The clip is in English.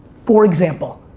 for example,